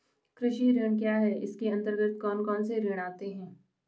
कृषि ऋण क्या है इसके अन्तर्गत कौन कौनसे ऋण आते हैं?